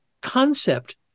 concept